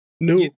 no